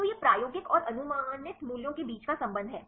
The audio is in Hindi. तो यह प्रायोगिक और अनुमानित मूल्यों के बीच का संबंध है